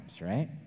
right